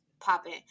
popping